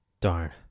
Darn